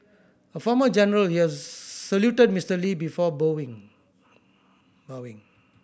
a former general he saluted Mister Lee before bowing